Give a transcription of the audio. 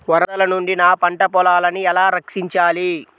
వరదల నుండి నా పంట పొలాలని ఎలా రక్షించాలి?